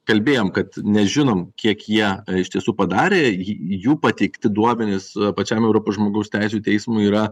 kalbėjom kad nežinom kiek ją iš tiesų padarė ji jų pateikti duomenis pačiam europos žmogaus teisių teismui yra